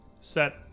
set